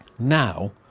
Now